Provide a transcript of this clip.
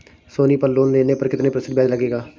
सोनी पल लोन लेने पर कितने प्रतिशत ब्याज लगेगा?